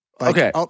Okay